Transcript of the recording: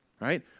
right